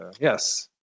Yes